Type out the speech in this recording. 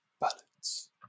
balance